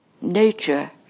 Nature